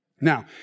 Now